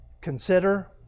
consider